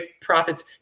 profits